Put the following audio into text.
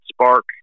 spark